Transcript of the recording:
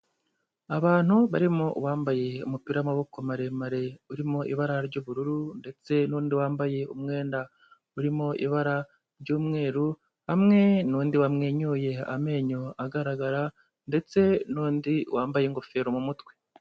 Abantu barimo uwambaye umupira w'amaboko maremare uri mu ibara ry'ubururu, ndetse n'undi wambaye umwenda uri mu ibara ry'umweru, hamwe n'undi wamwenyuye amenyo agaragara, ndetse n'undi wambaye ingofero mu mutwe.